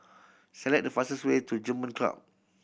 select the fastest way to German Club